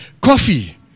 Coffee